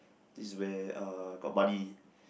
this where uh got buddy